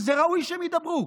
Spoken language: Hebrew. וזה ראוי שהם ידברו.